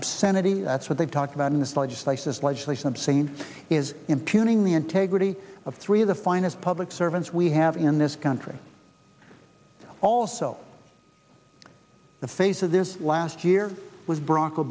obscenity that's what they talk about in this legislation is legislation obscene is impugning the integrity of three of the finest public servants we have in this country also the face of this last year was bro